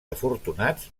afortunats